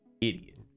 Idiot